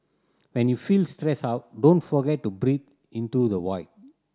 when you are feeling stressed out don't forget to breathe into the void